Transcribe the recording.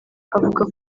avuga